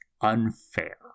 unfair